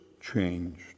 changed